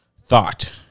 thought